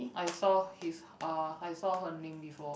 I saw his uh I saw her name before